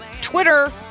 Twitter